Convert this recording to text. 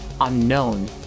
unknown